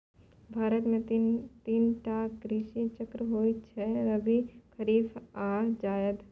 भारत मे तीन टा कृषि चक्र होइ छै रबी, खरीफ आ जाएद